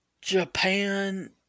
Japan